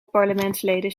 parlementsleden